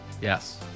Yes